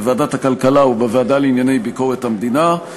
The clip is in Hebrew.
בוועדת הכלכלה ובוועדה לענייני ביקורת המדינה.